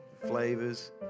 flavors